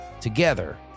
Together